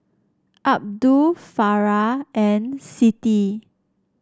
Abdul Farah and Siti